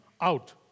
out